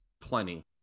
plenty